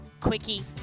quickie